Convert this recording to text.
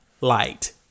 light